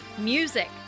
Music